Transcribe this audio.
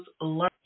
learning